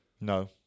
No